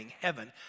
heaven